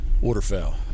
Waterfowl